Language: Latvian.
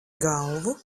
galvu